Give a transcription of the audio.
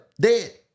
Dead